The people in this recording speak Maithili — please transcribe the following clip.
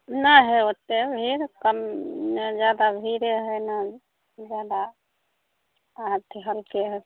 नहि हइ ओतेक भीड़ कम नहि ज्यादा भीड़े हइ ने ज्यादा अथी हल्के हइ